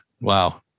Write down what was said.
Wow